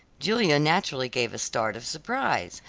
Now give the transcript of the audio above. julia naturally gave a start of surprise,